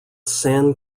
san